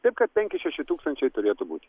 taip kad penki šeši tūkstančiai turėtų būt